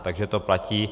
Takže to platí.